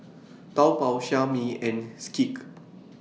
Taobao Xiaomi and Schick